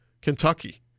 Kentucky